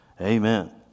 Amen